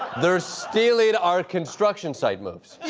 they're stealing our construction site moves. yeah,